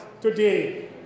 today